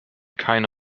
keine